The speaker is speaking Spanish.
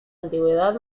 antigüedad